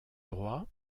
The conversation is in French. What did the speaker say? droit